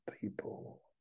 people